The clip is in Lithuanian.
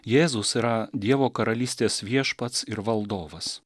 jėzus yra dievo karalystės viešpats ir valdovas